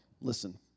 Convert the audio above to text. listen